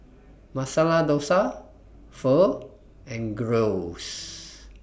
Masala Dosa Pho and Gyros